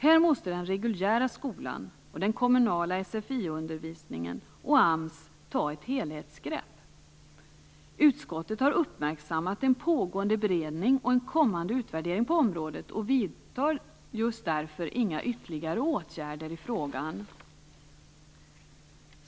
Här måste den reguljära skolan, den kommunala sfi-undervisningen och AMS ta ett helhetsgrepp. Utskottet har uppmärksammat en pågående beredning och en kommande utvärdering på området och vidtar därför inga ytterligare åtgärder i frågan.